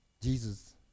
Jesus